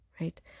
Right